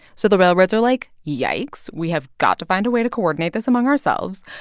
so the railroads are like, yikes, we have got to find a way to coordinate this among ourselves.